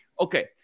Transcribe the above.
Okay